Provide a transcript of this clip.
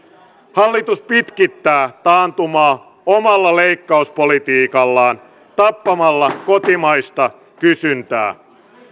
hallitus pitkittää taantumaa omalla leikkauspolitiikallaan tappamalla kotimaista kysyntää